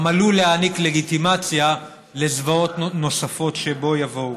הוא גם עלול להעניק לגיטימציה לזוועות נוספות שבוא-יבואו.